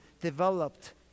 developed